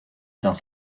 dans